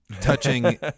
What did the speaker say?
touching